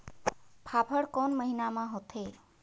फाफण कोन महीना म होथे?